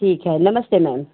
ठीक है नमस्ते मैम